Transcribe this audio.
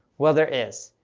well, there is.